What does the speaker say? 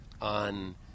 on